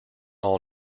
all